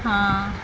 ହଁ